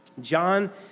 John